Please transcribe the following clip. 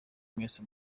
mwese